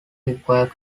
require